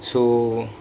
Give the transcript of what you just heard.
so